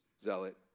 zealot